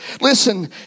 listen